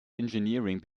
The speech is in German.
engineering